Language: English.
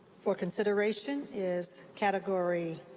for consideration is category